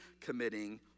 committing